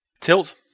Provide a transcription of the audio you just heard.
Tilt